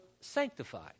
sanctified